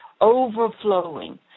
overflowing